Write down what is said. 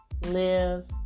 live